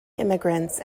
immigrants